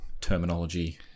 terminology